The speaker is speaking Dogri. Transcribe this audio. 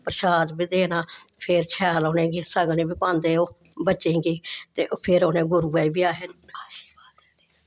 प्रशाद बी देना फिर शैल उनेंगी सगन बी पांदे ओह् बच्चे गी फिर उनें असें ई गुरूऐ गी बी